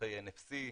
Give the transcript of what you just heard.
תומכי NFC,